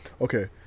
okay